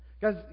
Guys